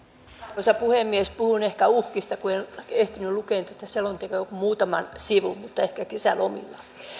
arvoisa puhemies puhun ehkä uhkista kun en ehtinyt lukea tätä selontekoa kuin muutaman sivun mutta ehkä kesälomilla